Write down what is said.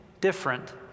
different